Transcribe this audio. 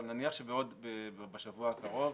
אבל נניח שבשבוע הקרוב